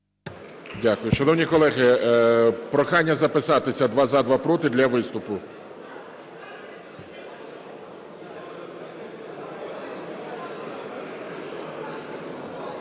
Дякую. Шановні колеги, прохання записатися: два – за, два – проти, для виступу.